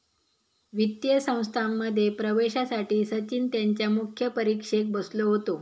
वित्तीय संस्थांमध्ये प्रवेशासाठी सचिन त्यांच्या मुख्य परीक्षेक बसलो होतो